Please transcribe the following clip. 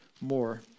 more